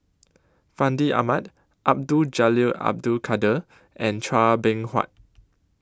Fandi Ahmad Abdul Jalil Abdul Kadir and Chua Beng Huat